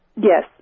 Yes